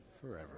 forever